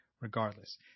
regardless